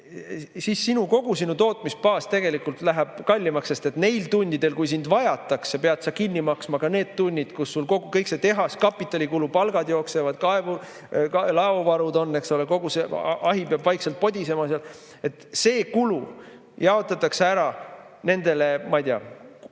Siis kogu sinu tootmisbaas tegelikult läheb kallimaks, sest neil tundidel, kui sind vajatakse, pead sa kinni maksma ka need tunnid, kus sul kõik see tehas, kapitalikulu, palgad jooksevad, laovarud on, eks ole, kogu see ahi peab vaikselt podisema seal. See kulu jaotatakse ära nendele, ma ei tea,